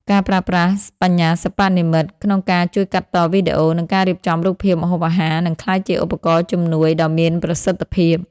ការប្រើប្រាស់បញ្ញាសិប្បនិម្មិត ក្នុងការជួយកាត់តវីដេអូ និងការរៀបចំរូបភាពម្ហូបអាហារ នឹងក្លាយជាឧបករណ៍ជំនួយដ៏មានប្រសិទ្ធភាព។